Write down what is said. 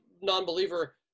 non-believer